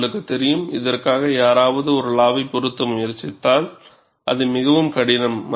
உங்களுக்குத் தெரியும் இதற்காக யாராவது ஒரு லா வை பொருத்த முயற்சித்தால் அது மிகவும் கடினம்